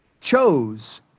chose